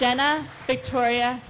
jenna victoria